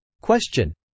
Question